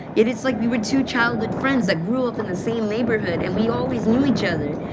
it's like we were two childhood friends that grew up in the same neighborhood and we always knew each other.